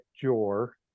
Jor